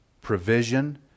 provision